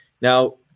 Now